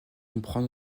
comprend